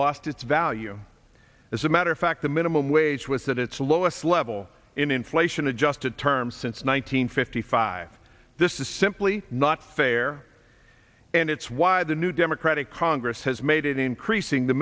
lost its value as a matter of fact the minimum wage was that its lowest level in inflation adjusted terms since one nine hundred fifty five this is simply not fair and it's why the new democratic congress has made it increasing the